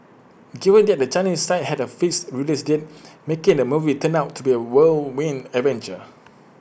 given that the Chinese side had A fixed release date making the movie turned out to be A whirlwind adventure